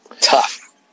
tough